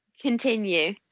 Continue